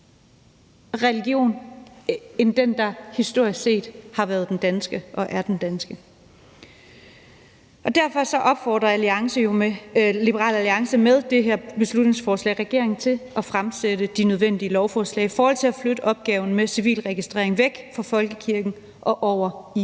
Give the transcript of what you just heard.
religion end den, der historisk set har været den danske og fortsat er den danske. Derfor opfordrer Liberal Alliance med det her beslutningsforslag regeringen til at fremsætte de nødvendige lovforslag om at flytte opgaven med civilregistrering væk fra folkekirken og over i